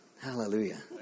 Hallelujah